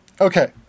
Okay